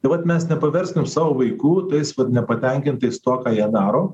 tai vat mes nepaverskim savo vaikų tais vat nepatenkintais tuo ką jie daro